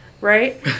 right